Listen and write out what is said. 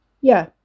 Yeah